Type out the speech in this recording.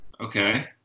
Okay